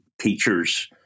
teachers